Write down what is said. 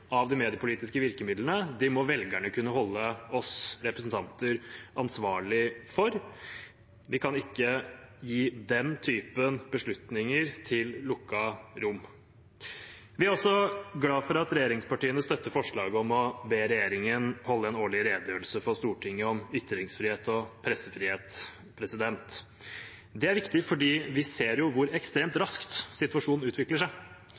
av de mediepolitiske virkemidlene. Vi kan ikke gi den type beslutninger til lukkede rom. Vi er også glad for at regjeringspartiene støtter forslaget om å be regjeringen holde en årlig redegjørelse for Stortinget om ytringsfrihet og pressefrihet. Det er viktig fordi vi ser hvor ekstremt raskt situasjonen utvikler seg.